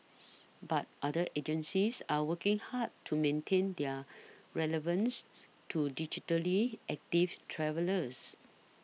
but other agencies are working hard to maintain their relevance to digitally active travellers